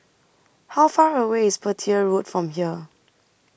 How Far away IS Petir Road from here